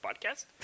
podcast